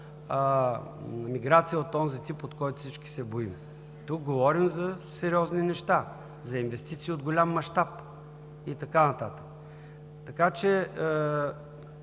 миграция от онзи тип, от който всички се страхуваме, тук говорим за сериозни неща – за инвестиции от голям мащаб, и така нататък. Смятам, че